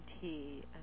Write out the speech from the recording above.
tea